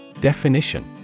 Definition